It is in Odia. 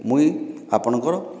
ମୁଇଁ ଆପଣଙ୍କର